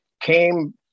came